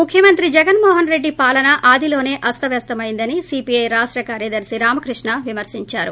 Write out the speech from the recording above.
ముఖ్యమంత్రి జగన్మోహన్ రెడ్డి పాలన ఆదిలోనే అస్తవ్యస్దమైందని సీపీఐ రాష్ట కార్యదర్శి రామకృష్ణ విమర్పించారు